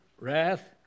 wrath